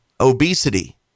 obesity